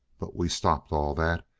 but we stopped all that.